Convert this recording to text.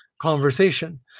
conversation